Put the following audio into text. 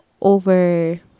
over